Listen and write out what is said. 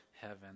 heaven